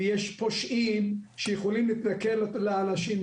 יש פושעים שיכולים להתנכל לאנשים,